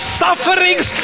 sufferings